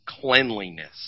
cleanliness